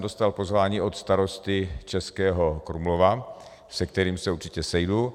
Dostal jsem pozvání od starosty Českého Krumlova, se kterým se určitě sejdu.